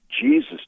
Jesus